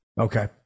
Okay